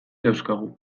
dauzkagu